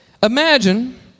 Imagine